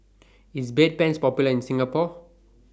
IS Bedpans Popular in Singapore